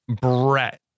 Brett